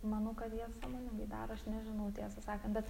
manau kad jie sąmoningai daro aš nežinau tiesą sakant bet